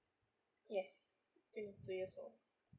yes also